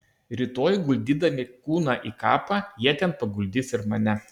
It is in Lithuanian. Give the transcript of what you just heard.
rytoj guldydami kūną į kapą jie ten paguldys ir mane